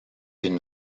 une